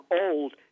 old